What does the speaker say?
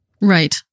Right